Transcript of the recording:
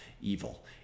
evil